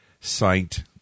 site